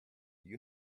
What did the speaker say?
you